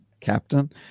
captain